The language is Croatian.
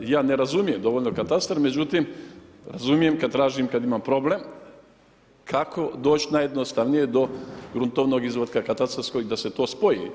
Ja ne razumijem dovoljno katastar međutim razumijem kad tražim, kad imam problem kako doći najjednostavnije do gruntovnog izvatka, katastarskog i da se to spoji.